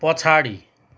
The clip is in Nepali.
पछाडि